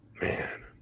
Man